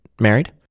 married